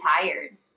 tired